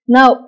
Now